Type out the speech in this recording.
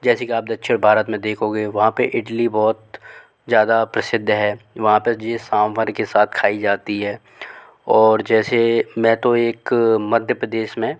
जैसे कि आप दक्षिण भारत में देखोगे वहाँ पर इडली बहुत ज़्यादा प्रसिद्ध है वहाँ पर ये सांबर के साथ खाई जाती है और जैसे मैं तो एक मध्य प्रदेश में